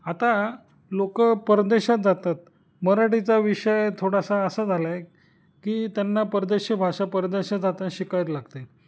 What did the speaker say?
आता लोक परदेशात जातात मराठीचा विषय थोडासा असा झाला आहे की त्यांना परदेशी भाषा परदेशात जाताना शिकायला लागते